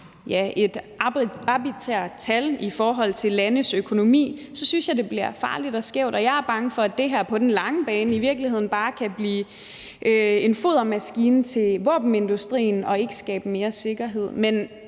et arbitrært tal i forhold til landes økonomi, så synes jeg, det bliver farligt og skævt, og jeg er bange for, at det på den lange bane i virkeligheden bare kan blive en fodermaskine til våbenindustrien og ikke skabe mere sikkerhed.